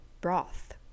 broth